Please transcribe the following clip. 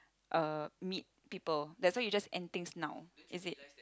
uh meet people that's why you just end things now is it